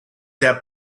that